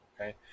okay